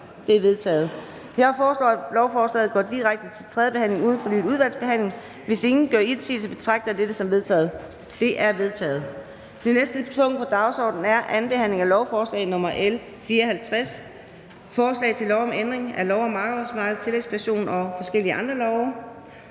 Det er vedtaget. Jeg foreslår, at lovforslaget går direkte til tredje behandling uden fornyet udvalgsbehandling, og hvis ingen gør indsigelse, betragter jeg dette som vedtaget. Det er vedtaget. --- Det næste punkt på dagsordenen er: 16) 2. behandling af lovforslag nr. L 18: Forslag til lov om ændring af færdselsloven. (Forsøg med